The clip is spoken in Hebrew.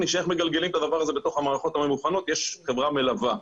איך מגלגלים את הדבר הזה בתוך המערכות הממוכנות יש חברה מלווה.